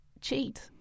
cheat